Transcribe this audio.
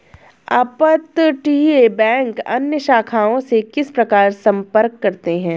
अपतटीय बैंक अन्य शाखाओं से किस प्रकार संपर्क करते हैं?